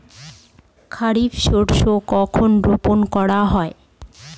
খারিফ শস্য কখন রোপন করা হয়?